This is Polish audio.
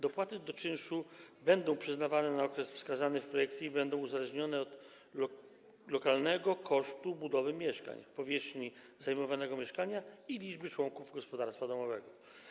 Dopłaty do czynszu będą przyznawane na okres wskazany w projekcie i będą uzależnione od lokalnego kosztu budowy mieszkań, powierzchni zajmowanego mieszkania i liczby członków gospodarstwa domowego.